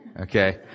Okay